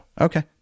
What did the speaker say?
Okay